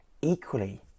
equally